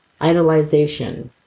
idolization